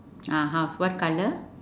ah house what colour